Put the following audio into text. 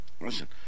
listen